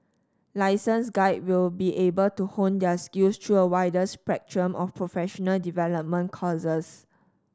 license guides will be able to hone their skills through a wider spectrum of professional development courses